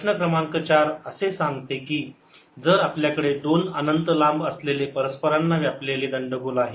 प्रश्न क्रमांक चार असे सांगतो की जर आपल्याकडे दोन अनंत लांब असलेले परस्परांना व्यापलेले दंडगोल आहेत